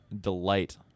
delight